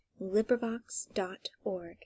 LibriVox.org